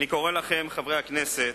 אני קורא לכם, חברי הכנסת,